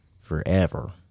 forever